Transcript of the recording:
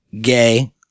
gay